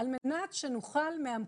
אז בואו לא נתווכח על התעדוף